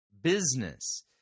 business